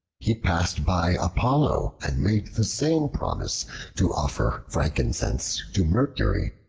he passed by apollo and made the same promise to offer frankincense to mercury.